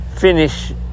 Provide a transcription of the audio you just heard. finish